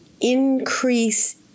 increase